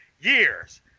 years